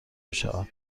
میشود